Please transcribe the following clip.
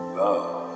love